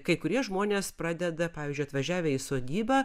kai kurie žmonės pradeda pavyzdžiui atvažiavę į sodybą